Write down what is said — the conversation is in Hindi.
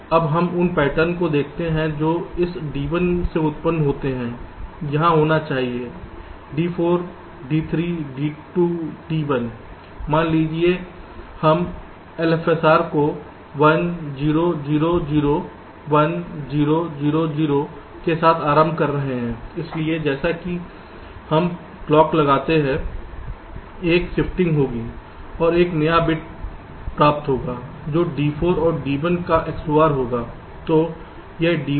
अब हम उन पैटर्न को देखते हैं जो इस D 1 से उत्पन्न होते हैं यहाँ होना चाहिए D 4 D 3 D 2 D 1 मान लीजिए कि हम एलएफएसआर को 1 0 0 0 1 0 0 0 के साथ आरंभ कर रहे हैं इसलिए जैसे ही हम क्लॉक लगाते हैं एक शिफ्टिंग होगी और एक नया बिट प्राप्त होगा जो D4 और D1 का XOR होगा